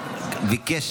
ביקש